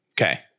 Okay